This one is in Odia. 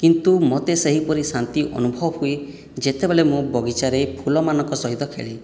କିନ୍ତୁ ମୋତେ ସେହିପରି ଶାନ୍ତି ଅନୁଭବ ହୁଏ ଯେତେବେଳେ ମୁଁ ବଗିଚାରେ ଫୁଲମାନଙ୍କ ସହିତ ଖେଳେ